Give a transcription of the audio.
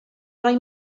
rhoi